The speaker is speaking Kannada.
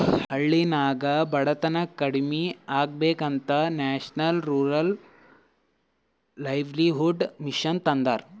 ಹಳ್ಳಿನಾಗ್ ಬಡತನ ಕಮ್ಮಿ ಆಗ್ಬೇಕ ಅಂತ ನ್ಯಾಷನಲ್ ರೂರಲ್ ಲೈವ್ಲಿಹುಡ್ ಮಿಷನ್ ತಂದಾರ